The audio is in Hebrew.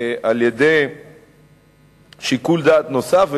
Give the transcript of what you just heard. על-ידי שיקול דעת נוסף,